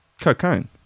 Cocaine